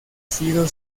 sido